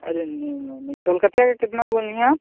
अरे नहीं ना कलकतिया का कितना बोली हैं आप